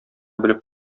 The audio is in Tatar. белеп